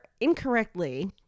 incorrectly